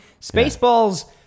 Spaceballs